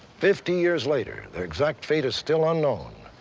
fifty years later, their exact fate is still unknown.